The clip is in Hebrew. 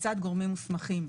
מצד גורמים מוסמכים.